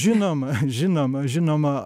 žinoma žinoma žinoma